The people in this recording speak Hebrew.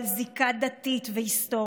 על זיקה דתית והיסטורית,